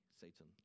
Satan